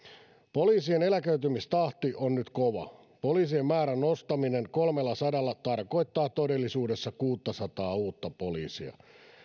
poliisien eläköitymistahti on nyt kova poliisien määrän nostaminen kolmellasadalla tarkoittaa todellisuudessa kuusisataa uutta poliisia